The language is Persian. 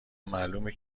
معلومه